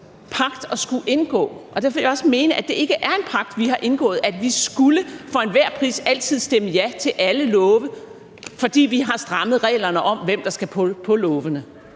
pagt at skulle indgå, og derfor vil jeg også mene, at det ikke er en pagt, vi har indgået, at vi for enhver pris altid skulle stemme ja til alle love, fordi vi har strammet reglerne om, hvem der skal på lovene.